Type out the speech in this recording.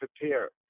prepare